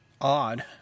odd